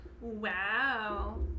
wow